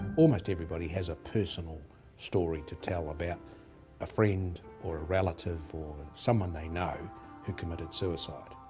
almost everybody has a personal story to tell about a friend or a relative or someone they know who committed suicide.